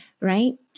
Right